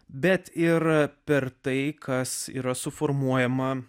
bet ir per tai kas yra suformuojama